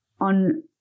on